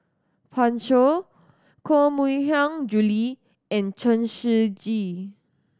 Pan Shou Koh Mui Hiang Julie and Chen Shiji